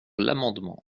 l’amendement